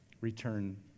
Return